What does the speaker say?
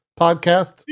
podcast